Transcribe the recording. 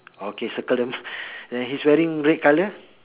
okay circle them and he's wearing red colour